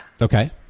Okay